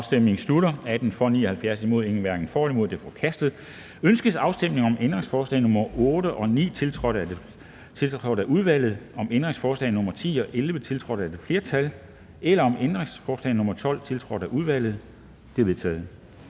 eller imod stemte 0. Ændringsforslaget er forkastet. Ønskes afstemning om ændringsforslag nr. 8 og 9, tiltrådt af udvalget, om ændringsforslag nr. 10 og 11, tiltrådt af et flertal, eller om ændringsforslag nr. 12, tiltrådt af udvalget? De er vedtaget.